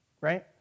right